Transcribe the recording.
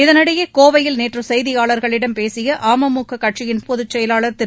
இதனிடையே கோவையில் நேற்று செய்தியாளர்களிடம் பேசிய அமுக கட்சியின் பொதுச்செயலாளர் திரு